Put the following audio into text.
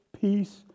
peace